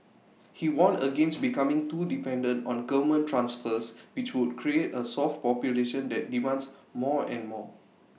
he warned against becoming too dependent on government transfers which would create A soft population that demands more and more